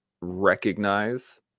recognize